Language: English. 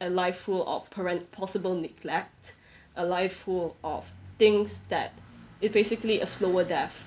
a life full of parent possible neglect a life full of things that it basically's a slower death